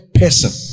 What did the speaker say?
person